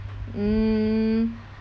mm